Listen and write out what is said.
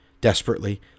desperately